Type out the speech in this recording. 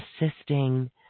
assisting